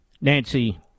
Nancy